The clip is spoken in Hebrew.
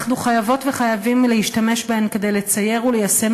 אנחנו חייבות וחייבים להשתמש בהן כדי לצייר וליישם